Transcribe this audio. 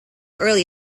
early